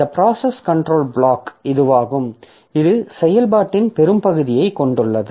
இந்த process control block இதுவாகும் இது செயல்பாட்டின் பெரும்பகுதியைக் கொண்டுள்ளது